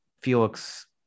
felix